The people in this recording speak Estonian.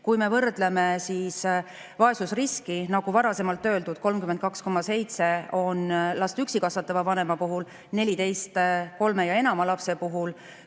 Kui me võrdleme vaesusriski: nagu varasemalt öeldud, 32,7% on last üksi kasvatava vanema puhul, 14% kolme ja enama lapse puhul,